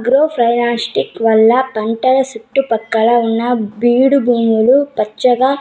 agroforestry వల్ల పంటల సుట్టు పక్కల ఉన్న బీడు భూములు పచ్చగా